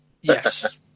Yes